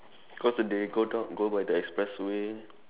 cause when they go down go by the expressway